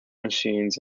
machines